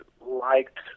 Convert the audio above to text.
liked